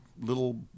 little